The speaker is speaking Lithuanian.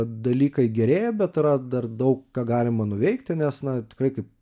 dalykai gerėja bet yra dar daug ką galima nuveikti nes na tikrai kaip